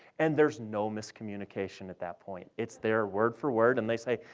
and there's no miscommunication at that point. it's there, word-for-word, and they say,